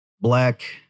Black